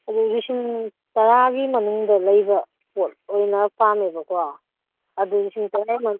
ꯑꯗꯨ ꯂꯤꯁꯤꯡ ꯇꯔꯥꯒꯤ ꯃꯅꯨꯡꯗ ꯂꯩꯕ ꯄꯣꯠ ꯑꯣꯏꯅ ꯄꯥꯝꯃꯦꯕꯀꯣ ꯑꯗꯨ ꯂꯤꯁꯤꯡ ꯇꯔꯥꯃꯨꯛ